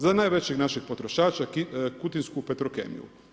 Za najvećeg našeg potrošača Kutinsku petrokemiju.